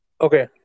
Okay